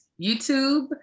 YouTube